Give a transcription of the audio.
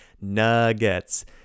nuggets